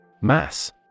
Mass